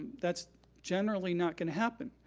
that's generally not gonna happen.